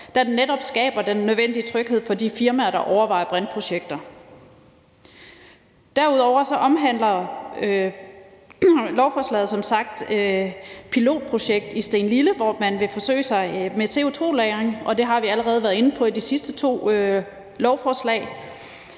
da det netop skaber den nødvendige tryghed for de firmaer, der overvejer brintprojekter. Derudover omhandler lovforslaget som sagt et pilotprojekt i Stenlille, hvor man vil forsøge sig med CO2-lagring. Det har vi allerede været inde på i forbindelse med de sidste to lovforslag.